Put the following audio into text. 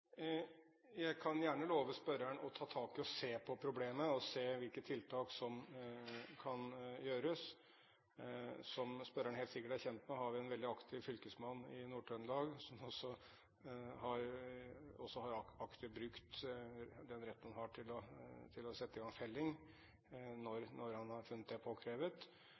Jeg kan gjerne love spørreren å ta tak i og se på problemet og på hvilke tiltak som kan gjøres. Som spørreren helt sikkert er kjent med, har vi en veldig aktiv fylkesmann i Nord-Trøndelag, som også aktivt har brukt den retten han har til å sette i gang felling når han har funnet det påkrevet.